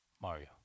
Mario